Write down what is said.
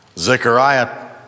Zechariah